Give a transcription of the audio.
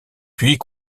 puis